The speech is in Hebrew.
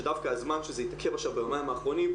שדווקא הזמן שזה התעכב עכשיו ביומיים האחרונים,